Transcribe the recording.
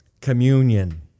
communion